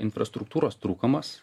infrastruktūros trūkumas